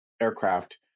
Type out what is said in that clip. aircraft